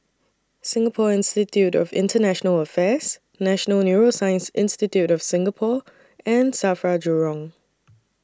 Singapore Institute of International Affairs National Neuroscience Institute of Singapore and SAFRA Jurong